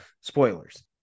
spoilers